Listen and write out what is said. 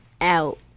out